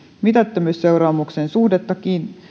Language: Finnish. mitättömyysseuraamuksen suhdetta